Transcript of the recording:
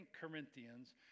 Corinthians